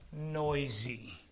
noisy